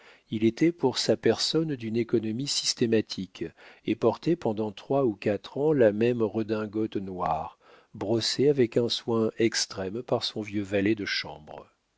il était pour sa personne d'une économie systématique et portait pendant trois ou quatre ans la même redingote noire brossée avec un soin extrême par son vieux valet de chambre